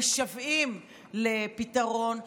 משוועים לפתרון,